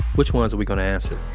which ones are we gonna answer?